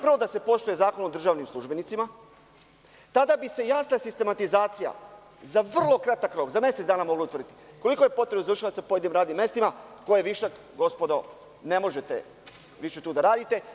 Prvo da se poštuje Zakon o državnim službenicima tada bi se jasna sistematizacija za vrlo kratak rok, za mesec dana mogla utvrditi koliko je potrebno izvršilaca na pojedinim radnim mestima i ko je višak, gospodo ne možete tu više da radite.